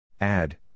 Add